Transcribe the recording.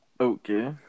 Okay